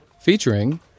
Featuring